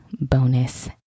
bonus